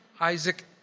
Isaac